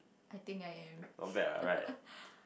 I think I am